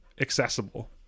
accessible